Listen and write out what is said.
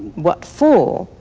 what for,